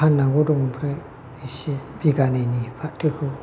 फाननांगौ दं आमफ्राय इसे बिगानैनि फाथोखौ